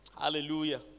Hallelujah